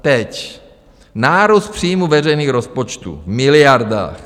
Teď nárůst příjmů veřejných rozpočtů v miliardách.